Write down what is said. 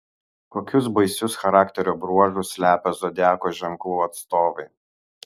kokius baisius charakterio bruožus slepia zodiako ženklų atstovai